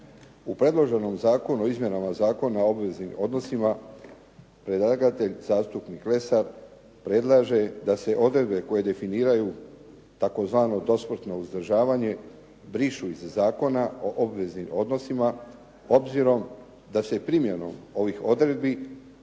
U predloženom Zakonu o izmjenama Zakona o obveznim odnosima predlagatelj zastupnik Lesar predlaže da se odredbe koje definiraju tzv. dosmrtno uzdržavanje brišu iz Zakona o obveznim odnosima obzirom da se primjenom ovih odredbi